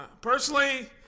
Personally